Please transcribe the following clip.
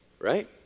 Right